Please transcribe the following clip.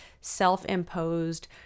self-imposed